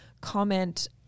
comment